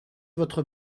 votre